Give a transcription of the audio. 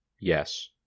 Yes